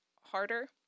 harder